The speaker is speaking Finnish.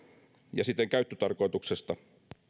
ja siten käyttötarkoituksesta